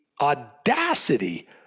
audacity